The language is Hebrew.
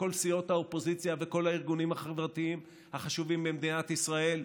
כל סיעות האופוזיציה וכל הארגונים החברתיים החשובים במדינת ישראל,